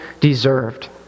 deserved